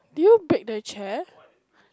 did you break the chair